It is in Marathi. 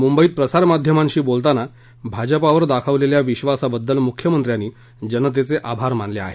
मुंबईत प्रसारमाध्यमांशी बोलताना भाजपावर दाखवलेल्या विश्वासाबद्दल मुख्यमंत्र्यांनी जनतेचे आभार मानले आहेत